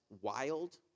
wild